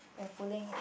you're pulling it